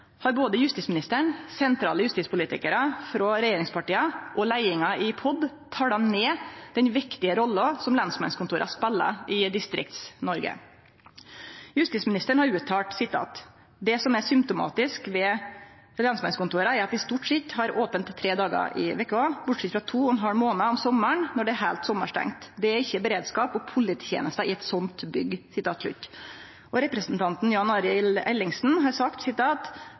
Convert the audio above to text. har både justisministeren, sentrale justispolitikarar frå regjeringspartia og leiinga i POD tala ned den viktige rolla som lensmannskontora spelar i Distrikts-Noreg. Justisministeren har uttalt: «Det som er symptomatisk ved lensmannskontorene er at de stort sett er åpent tre dager i uka, bortsett fra to og en halv måned om sommeren når det er helt sommerstengt. Det er ikke beredskap og polititjenester i et sånt bygg.» Og representanten Jan Arild Ellingsen har sagt: